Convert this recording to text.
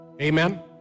Amen